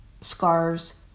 scarves